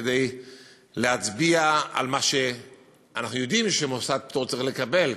כדי להצביע על מה שאנחנו יודעים שמוסד פטור צריך לקבל,